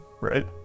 right